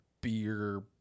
beer